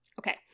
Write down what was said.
Okay